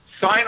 Sign